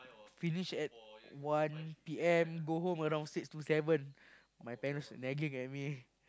finish at one P_M go home around six or seven my parents always nagging at me